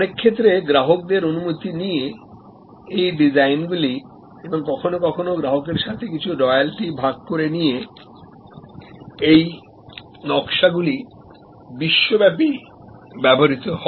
অনেক ক্ষেত্রে গ্রাহকদের অনুমতি নিয়ে এই ডিজাইনগুলি এবং কখনও কখনও গ্রাহকের সাথে কিছু রয়্যালটি ভাগ করে নিয়ে এই নকশাগুলি বিশ্বব্যাপী ব্যবহৃত হয়